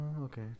Okay